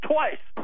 Twice